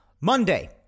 Monday